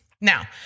Now